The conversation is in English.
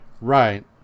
Right